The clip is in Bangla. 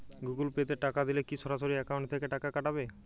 গুগল পে তে টাকা দিলে কি সরাসরি অ্যাকাউন্ট থেকে টাকা কাটাবে?